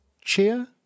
Cheer